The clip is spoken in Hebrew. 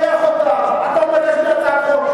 אתה אומר: יש לי הצעת חוק,